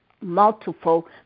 multiple